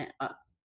up